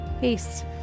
Peace